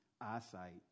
eyesight